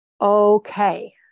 okay